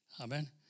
Amen